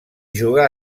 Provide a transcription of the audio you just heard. jugà